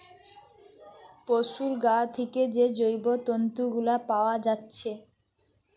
পোশুর গা থিকে যে জৈব তন্তু গুলা পাআ যাচ্ছে